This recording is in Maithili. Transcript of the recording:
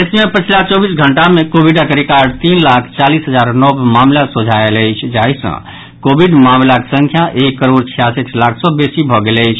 देश मे पछिला चौबीस घंटा मे कोविडक रिकॉर्ड तीन लाख चालीस हजार नव मामिला सोझा आयल अछि जाहि सँ कोविड मामिलाक संख्या एक करोड़ छियासठि लाख सँ बेसी भऽ गेल अछि